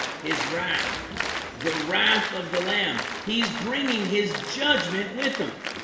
his wrath the wrath of the lamb he's bringing his judgment with them